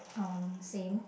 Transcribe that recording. um same